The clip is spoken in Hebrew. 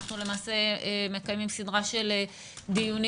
אנחנו למעשה מקיימים סדרה של דיונים